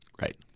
Right